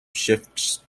shifts